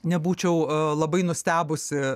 nebūčiau labai nustebusi